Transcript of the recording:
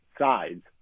sides